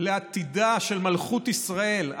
לעתידה של מלכות ישראל.